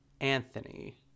Anthony